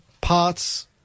Parts